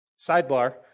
Sidebar